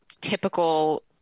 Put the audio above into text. typical